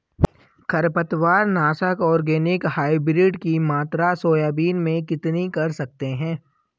खरपतवार नाशक organic hybrid की मात्रा सोयाबीन में कितनी कर सकते हैं?